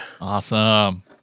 Awesome